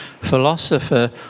philosopher